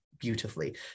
beautifully